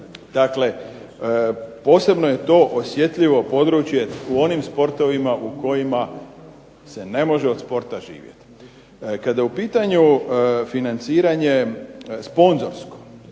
Dakle, posebno je to osjetljivo područje u onim sportovima u kojima se ne može od sporta živjeti. Kada je u pitanju financiranje sponzorsko